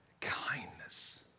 kindness